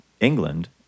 England